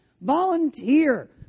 Volunteer